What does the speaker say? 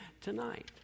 tonight